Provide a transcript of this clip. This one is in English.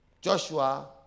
Joshua